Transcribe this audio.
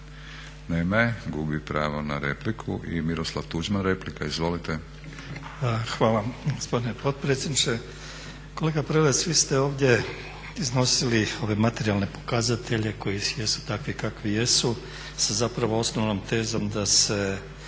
Nema je, gubi pravo na repliku. I Miroslav Tuđman replika. Izvolite. **Tuđman, Miroslav (HDZ)** Hvala gospodine potpredsjedniče. Kolega Prelec, vi ste ovdje iznosili ove materijalne pokazatelje koji jesu takvi kakvi jesu sa zapravo osnovnom tezom da se